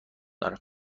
دارم